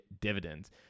dividends